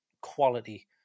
quality